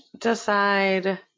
decide